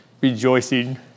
rejoicing